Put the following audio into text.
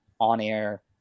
on-air